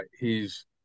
hes